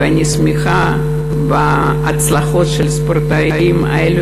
ואני שמחה בהצלחות של הספורטאים האלו,